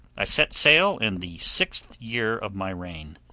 i set sail in the sixth year of my reign.